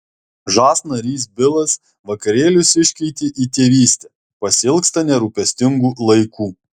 žas narys bilas vakarėlius iškeitė į tėvystę pasiilgsta nerūpestingų laikų